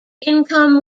income